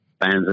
fans